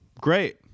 Great